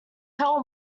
hell